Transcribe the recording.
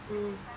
mm